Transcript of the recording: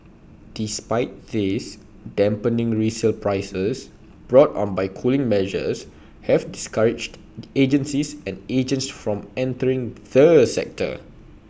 despite this dampening resale prices brought on by cooling measures have discouraged the agencies and agents from entering the sector